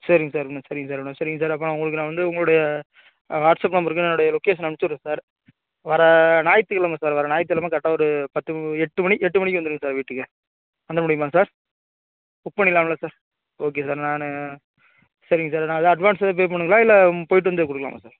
சரிங் சார் சரிங் சார் சரிங் சார் அப்போ நான் உங்களுக்கு நான் வந்து உங்களுடைய வாட்ஸ்அப் நம்பருக்கு என்னுடைய லொகேஷன் அமிச்சிடுறேன் சார் வர ஞாயித்துக்கிழமை சார் வர ஞாயித்துக்கிழமை கரெக்ட்டாக ஒரு பத்து எட்டு மணி எட்டு மணிக்கு வந்துருங்க சார் வீட்டுக்கு பண்ண முடியுமா சார் புக் பண்ணிக்கிலாம்ல சார் ஓகே சார் நான் சரிங்க சார் நான் ஏதா அட்வான்ஸ் எதுவும் பே பண்ணனுங்களா இல்லை போய்விட்டு வந்தே கொடுக்கலாமா சார்